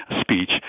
speech